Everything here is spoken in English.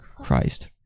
Christ